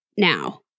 Now